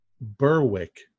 Berwick